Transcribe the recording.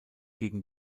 gegen